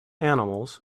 animals